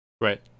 Right